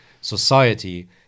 society